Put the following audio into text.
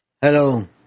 Hello